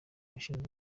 ushinzwe